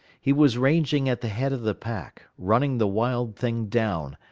he was ranging at the head of the pack, running the wild thing down,